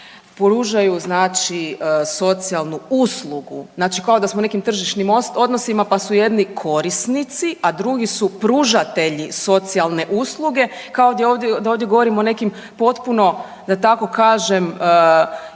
znači socijalnu uslugu. Znači kao da smo u nekim tržišnim odnosima pa su jedni korisnici, a drugi su pružatelji socijalne usluge kao da ovdje govorimo o nekim potpuno da tako kažem